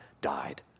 died